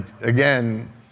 again